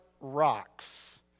rocks